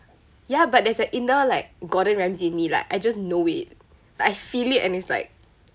ya but there's an inner like gordon-ramsay in me like I just know it like I feel it and it's like